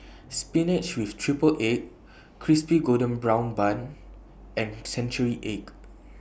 Spinach with Triple Egg Crispy Golden Brown Bun and Century Egg